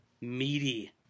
Meaty